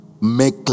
make